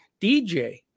DJ